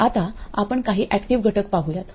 आता आपण काही ऍक्टिव्ह घटक पाहुयात